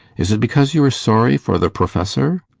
is it because you are sorry for the professor?